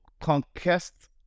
conquest